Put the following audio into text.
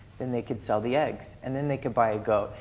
and they could sell the eggs. and then they could buy a goat.